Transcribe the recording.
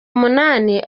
umunani